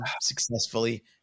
successfully